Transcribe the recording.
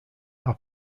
are